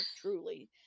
truly